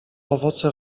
owoce